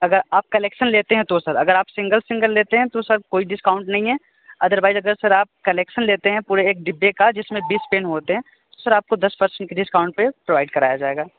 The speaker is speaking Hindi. अगर आप कलेक्शन लेते हैं तो सर आप सिंगल सिंगल लेते है तो सर कोई डिस्काउंट नहीं है अदर्वाइज़ अगर सर आप कलेक्शन लेते हैं पूरे एक डिब्बे का जिसमें बीस पेन होते हैं सर आपको दस परसेंट के डिस्काउंट पर प्रोवाइड कराया जाएगा